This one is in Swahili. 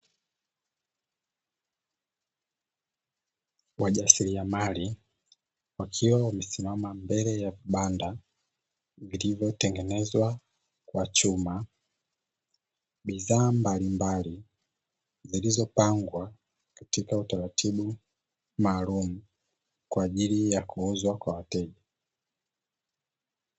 Wajasiriamali wakiwa wamesimama mbele ya vibanda vilivyotengenezwa kwa chuma, bidhaa mbalimbali zilizopangwa katika utaratibu maalumu kwa ajili ya kuuzwa kwa wateja.